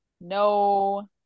no